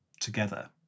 together